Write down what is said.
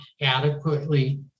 adequately